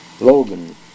Logan